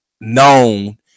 known